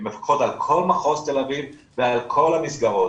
הן מפקחות על כל מחוז תל אביב ועל כל המסגרות,